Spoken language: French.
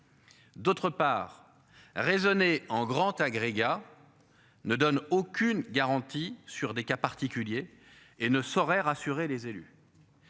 D'autre part raisonner en grand agrégats. Ne donne aucune garantie sur des cas particuliers et ne saurait rassurer les élus.